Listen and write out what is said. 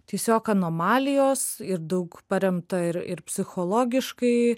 tiesiog anomalijos ir daug paremta ir ir psichologiškai